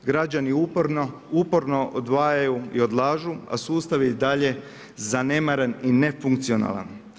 Građani uporno odvajaju i odlažu, a sustav je i dalje zanemaren i nefunkcionalan.